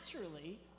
naturally